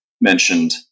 mentioned